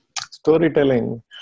Storytelling